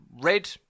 red